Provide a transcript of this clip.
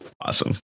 Awesome